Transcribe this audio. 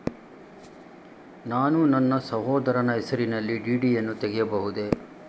ನಾನು ನನ್ನ ಸಹೋದರನ ಹೆಸರಿನಲ್ಲಿ ಡಿ.ಡಿ ಯನ್ನು ತೆಗೆಯಬಹುದೇ?